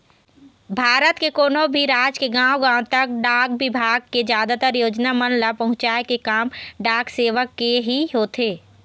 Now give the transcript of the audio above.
भारत के कोनो भी राज के गाँव गाँव तक डाक बिभाग के जादातर योजना मन ल पहुँचाय के काम डाक सेवक के ही होथे